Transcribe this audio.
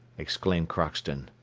exclaimed crockston.